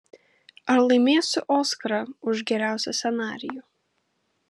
ar laimėsiu oskarą už geriausią scenarijų